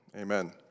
amen